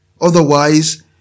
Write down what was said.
Otherwise